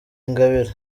ingabire